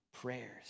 prayers